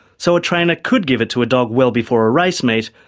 so a trainer could give it to a dog well before a race meet,